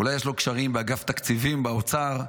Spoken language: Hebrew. אולי יש לו קשרים באגף תקציבים באוצר.